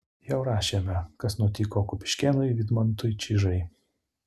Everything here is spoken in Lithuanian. jau rašėme kas nutiko kupiškėnui vidmantui čižai